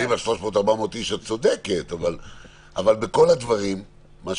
את צודקת כשמדברים על 300 - 400 איש,